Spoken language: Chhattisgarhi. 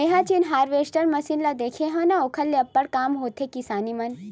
मेंहा जेन हारवेस्टर मसीन ल देखे हव न ओखर से अब्बड़ काम होथे किसानी मन